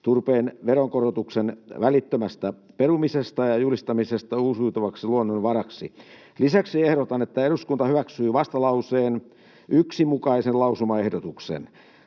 turpeen veronkorotuksen välittömästä perumisesta ja julistamisesta uusiutuvaksi luonnonvaraksi. Lisäksi ehdotan, että eduskunta hyväksyy vastalauseen 1 mukaisen lausumaehdotuksen.